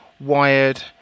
Wired